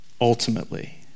ultimately